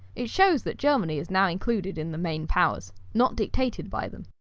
it shows that germany is now included in the main powers, not dictated by them,